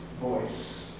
voice